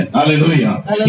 Hallelujah